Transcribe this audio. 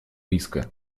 риска